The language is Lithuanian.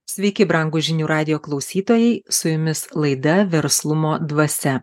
sveiki brangūs žinių radijo klausytojai su jumis laida verslumo dvasia